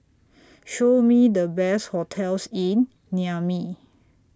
Show Me The Best hotels in Niamey